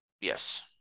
Yes